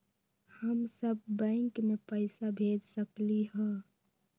हम सब बैंक में पैसा भेज सकली ह?